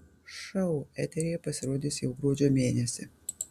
šou eteryje pasirodys jau gruodžio mėnesį